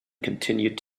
continued